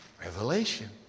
Revelation